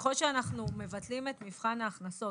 ככל שאנחנו מבטלים את מבחן ההכנסות,